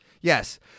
yes